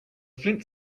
flint